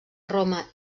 roma